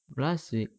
last week